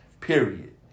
period